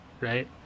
right